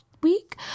week